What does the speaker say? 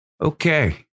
okay